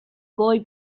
boy